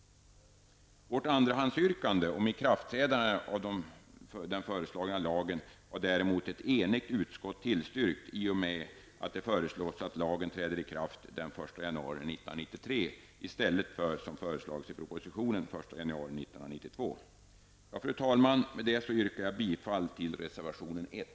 Vårt andrahandsyrkande om senare ikraftträdande av den föreslagna lagen har däremot ett enigt utskott tillstyrkt i och med att det föreslås att lagen träder i kraft den 1 januari 1993 i stället för den 1 Fru talman! Med detta yrkar jag bifall till reservation 1.